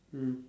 mm